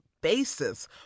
basis